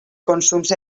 consums